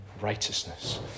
righteousness